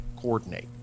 coordinate